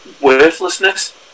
worthlessness